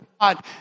God